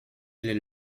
les